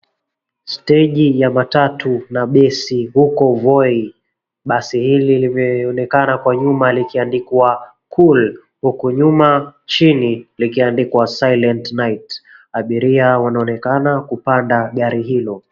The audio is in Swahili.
Steji ya matatu na besi huko voi ,basi hili limeonekana kwa nyuma kuandikwa cool huku nyuma chini likiandikwa silent night abiria wanaonekana kupanda gari hilo.